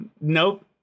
Nope